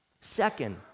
Second